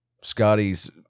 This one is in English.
Scotty's